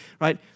Right